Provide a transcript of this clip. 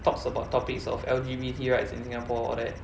talks about topics of L_G_B_T rights in Singapore all that